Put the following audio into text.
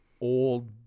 old